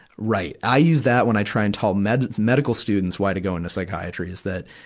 right. i use that when i try and tell med, medical students why to go into psychiatry. is that,